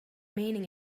meaning